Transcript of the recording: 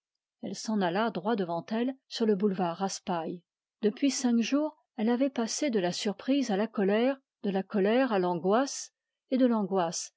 et s'en alla droit devant elle sur le boulevard raspail depuis cinq jours elle avait passé de la surprise à la colère de la colère à l'angoisse et de l'angoisse